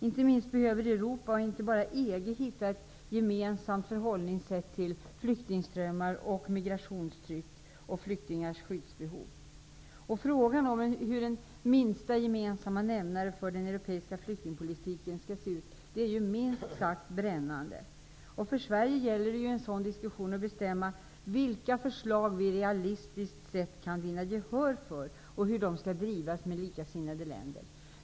Inte minst behöver Europa, och inte bara EG, hitta ett gemensamt förhållningssätt till flyktingströmmar, migrationstryck och flyktingars skyddsbehov. Frågan om hur en minsta gemensamma nämnare för den europeiska flyktingpolitiken skall se ut är ju minst sagt brännande. För Sverige gäller det att i en sådan diskussion bestämma vilka förslag vi realistiskt sett kan vinna gehör för och hur de förslagen skall drivas tillsammans med likasinnade länder.